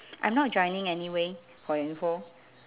I'm not joining anyway for your info